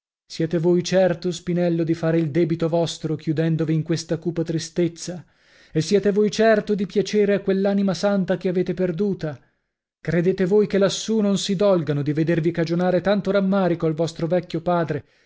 siete voi certo spinello di fare il debito vostro chiudendovi in questa cupa tristezza e siete voi certo di piacere a quell'anima santa che avete perduta credete voi che lassù non si dolgano di vedervi cagionare tanto rammarico al vostro vecchio padre